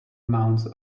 amounts